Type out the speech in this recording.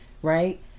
right